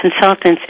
consultants